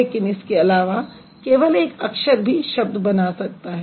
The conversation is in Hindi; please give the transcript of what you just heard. लेकिन इसके अलावा केवल एक अक्षर भी शब्द बना सकता है